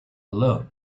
alone